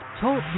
Talk